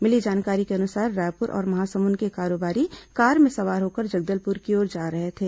मिली जानकारी के अनुसार रायपुर और महासमुंद के कारोबारी कार में सवार होकर जगदलपुर की ओर जा रहे थे